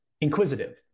inquisitive